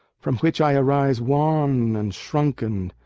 from which i arise wan and shrunken,